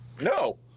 No